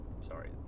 sorry